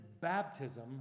baptism